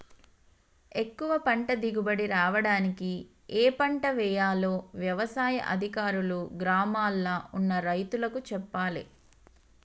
ఎక్కువ పంట దిగుబడి రావడానికి ఏ పంట వేయాలో వ్యవసాయ అధికారులు గ్రామాల్ల ఉన్న రైతులకు చెప్పాలే